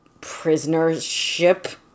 prisonership